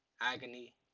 agony